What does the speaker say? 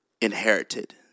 inherited